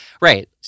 right